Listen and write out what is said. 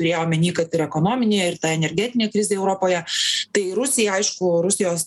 turėjo omeny kad ir ekonominė ir ta energetinė krizė europoje tai rusija aišku rusijos